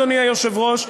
אדוני היושב-ראש,